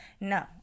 No